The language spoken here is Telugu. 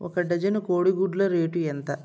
ఒక డజను కోడి గుడ్ల రేటు ఎంత?